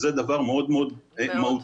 זה דבר מאוד מאוד מהותי.